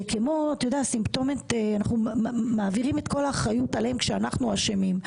זה כאילו שאנחנו מעבירים את כל האחריות עליהם כשאנחנו אשמים.